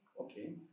okay